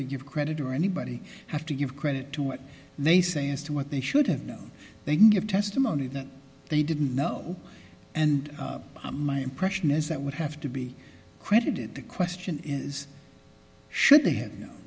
to give credit or anybody have to give credit to what they say as to what they should have known they can give testimony that they didn't know and my impression is that would have to be credited the question is should they have